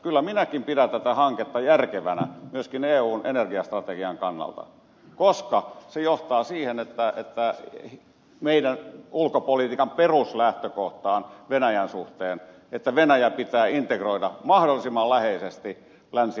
kyllä minäkin pidän tätä hanketta järkevänä myöskin eun energiastrategian kannalta koska se johtaa siihen meidän ulkopolitiikkamme peruslähtökohtaan venäjän suhteen että venäjä pitää integroida mahdollisimman läheisesti länsi eurooppaan